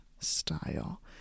style